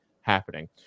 happening